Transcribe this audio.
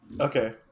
Okay